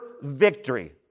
victory